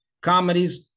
comedies